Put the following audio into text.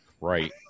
Right